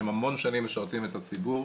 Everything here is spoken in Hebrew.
שהם המון שנים משרתים את הציבור.